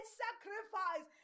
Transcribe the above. sacrifice